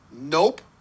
Nope